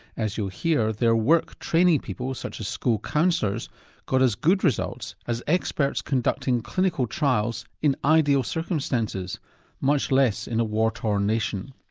as you'll hear, their work training people such as school counsellors got as good results as experts conducting clinical trials in ideal circumstances much less in a war torn nation.